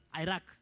Iraq